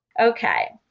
Okay